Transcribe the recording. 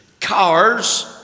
cars